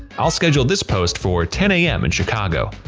i'll schedule this post for ten am in chicago.